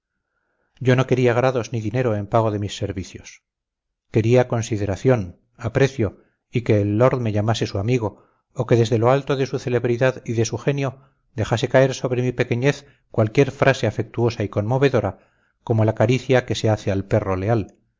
yo no quería grados ni dinero en pago de mis servicios quería consideración aprecio y que el lord me llamase su amigo o que desde lo alto de su celebridad y de su genio dejase caer sobre mi pequeñez cualquier frase afectuosa y conmovedora como la caricia que se hace al perro leal